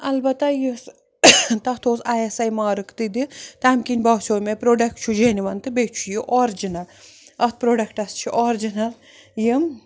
البتہ یُس تَتھ اوس آی اٮ۪س آی مارٕک تہِ دِ تَمہِ کِنۍ باسیو مےٚ پرٛوڈَکٹ چھُ جٮ۪نوَن تہٕ بیٚیہِ چھُ یہِ آرجِنَل اَتھ پرٛوڈَکٹَس چھُ آرجِنَل یِم